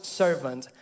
servant